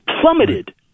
Plummeted